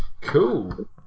Cool